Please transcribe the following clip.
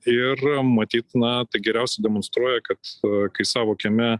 ir matyt na tai geriausiai demonstruoja kad kai savo kieme